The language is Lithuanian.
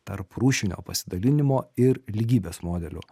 tarprūšinio pasidalinimo ir lygybės modeliu